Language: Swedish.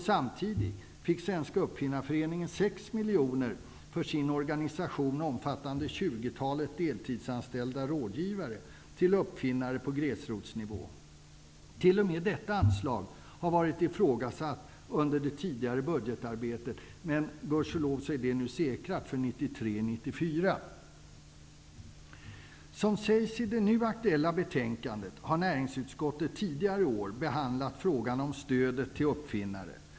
Samtidigt fick Svenska uppfinnarföreningen 6 miljoner för sin organisation omfattande ett tjugotal deltidsanställda rådgivare till uppfinnare på gräsrotsnivå. T.o.m. detta anslag har ifrågasatts under det tidigare budgetarbetet. Gudskelov är anslaget nu säkrat för 1993/94! Som sägs i det nu aktuella betänkandet har näringsutskottet tidigare i år behandlat frågan om stödet till uppfinnare.